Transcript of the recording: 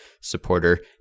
supporter